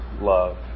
love